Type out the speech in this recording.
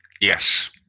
Yes